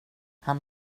han